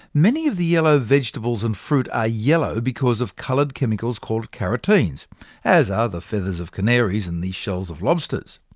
many of the yellow vegetables and fruit are ah yellow because of coloured chemicals called carotenes as are the feathers of canaries, and the shells of lobsters.